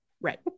right